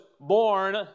born